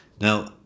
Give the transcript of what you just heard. Now